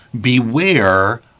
Beware